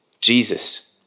Jesus